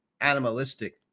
animalistic